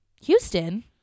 houston